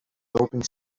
doping